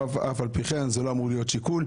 אבל אף על פי כן זה לא אמור להיות שיקול,